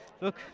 look